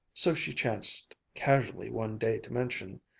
so she chanced casually one day to mention,